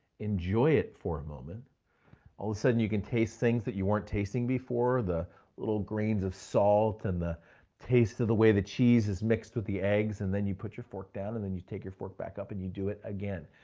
enjoy it for a moment. all of a sudden you can taste things that you weren't tasting before. the little grains of salt and the taste of the way the cheese is mixed with the eggs. and then you put your fork down and then you take your fork back up and you do it again.